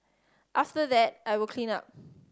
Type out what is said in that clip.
after that I will clean up